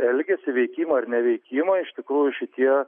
elgesį veikimą ar neveikimą iš tikrųjų šitie